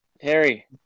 harry